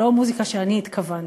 לא מוזיקה שאני התכוונתי.